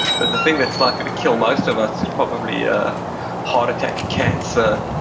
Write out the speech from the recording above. but the thing that's likely to kill most of us is probably a heart attack, cancer,